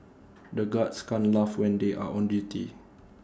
the guards can't laugh when they are on duty